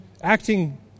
acting